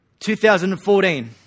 2014